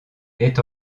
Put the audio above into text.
est